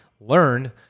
learn